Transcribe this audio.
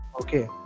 Okay